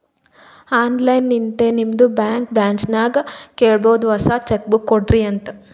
online ಲಿಂತೆ ನಿಮ್ದು bank ಬ್ರ್ಯಾಂಚ್ಗ ಕೇಳಬೋದು ಹೊಸಾ ಚೆಕ್ ಬುಕ್ ಕೊಡ್ರಿ ಅಂತ್